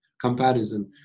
comparison